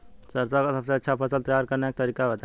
सरसों का सबसे अच्छा फसल तैयार करने का तरीका बताई